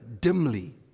dimly